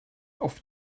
auf